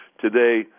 Today